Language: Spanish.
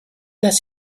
las